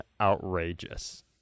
outrageous